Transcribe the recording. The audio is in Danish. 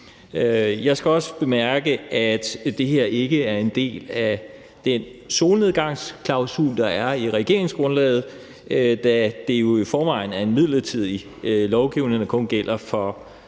Jeg skal også bemærke, at det her ikke er en del af den solnedgangsklausul, der er i regeringsgrundlaget, da det jo i forvejen er en midlertidig lovgivning, der kun gælder for